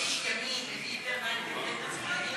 הצעת ועדת הכנסת להעביר את הצעת חוק חוזה הביטוח (תיקון,